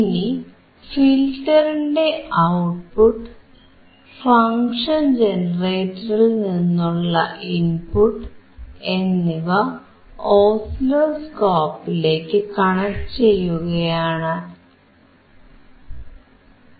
ഇനി ഫിൽറ്ററിന്റെ output function ജനറേറ്ററിൽനിന്നുള്ള ഇൻപുട്ട് എന്നിവ ഓസിലോസ്കോപ്പിലേക്കു കണക്ട് ചെയ്യുകയാണ് ഇനി